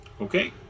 Okay